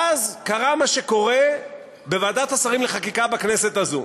ואז קרה מה שקורה בוועדת השרים לחקיקה בכנסת הזו,